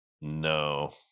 No